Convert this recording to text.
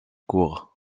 cours